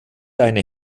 eine